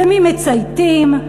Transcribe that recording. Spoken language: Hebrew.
למי מצייתים,